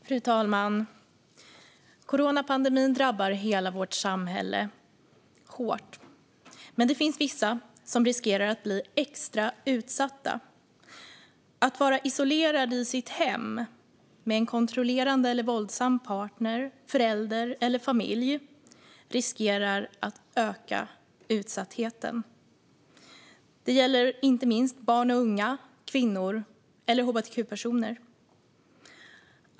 Fru talman! Coronapandemin drabbar hela vårt samhälle hårt. Men det finns vissa som riskerar att bli extra utsatta. Att vara isolerad i sitt hem med en kontrollerande eller våldsam partner, förälder eller familj riskerar att öka utsattheten. Det gäller inte minst barn och unga, kvinnor samt hbtq-personer.